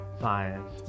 science